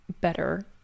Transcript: better